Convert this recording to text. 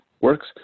works